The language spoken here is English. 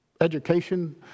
education